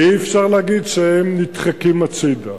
ואי-אפשר להגיד שהם נדחקים הצדה.